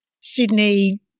Sydney